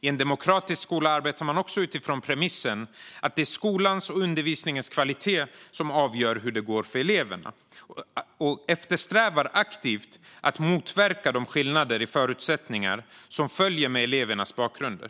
I en demokratisk skola arbetar man också utifrån premissen att det är skolans och undervisningens kvalitet som avgör hur det går för eleverna och eftersträvar aktivt att motverka de skillnader i förutsättningar som följer med elevernas bakgrund.